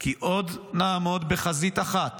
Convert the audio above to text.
כי עוד נעמוד בחזית אחת